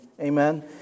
Amen